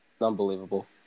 Unbelievable